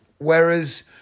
Whereas